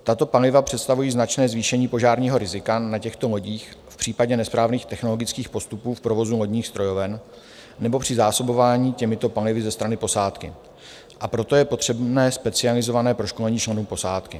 Tato paliva představují značné zvýšení požárního rizika na těchto lodích v případě nesprávných technologických postupů v provozu lodních strojoven nebo při zásobování těmito palivy ze strany posádky, a proto je potřebné specializované proškolení členů posádky.